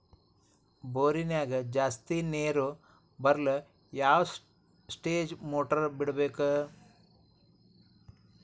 ಬೋರಿನ್ಯಾಗ ಜಾಸ್ತಿ ನೇರು ಬರಲು ಯಾವ ಸ್ಟೇಜ್ ಮೋಟಾರ್ ಬಿಡಬೇಕು?